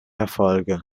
erfolge